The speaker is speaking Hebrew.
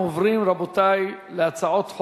אנחנו עוברים, רבותי, להצעות חוק.